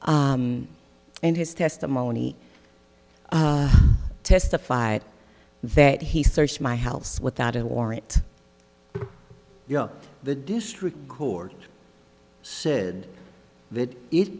and his testimony testified that he searched my house without a warrant yet the district court said that it